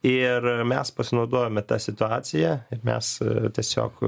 ir mes pasinaudojome ta situacija ir mes tiesiog